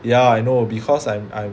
ya I know because I'm I'm